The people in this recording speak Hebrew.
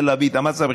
התאמצת,